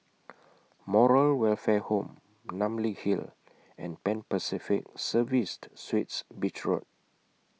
Moral Welfare Home Namly Hill and Pan Pacific Serviced Suites Beach Road